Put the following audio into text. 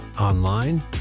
online